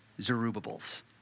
Zerubbabel's